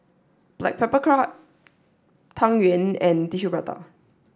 Black Pepper Crab Tang Yuen and Tissue Prata